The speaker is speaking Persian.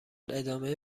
ادامه